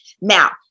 Now